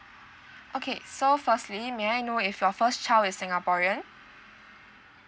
okay so firstly may I know if your first child is singaporean